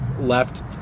left